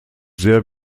sehr